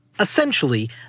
Essentially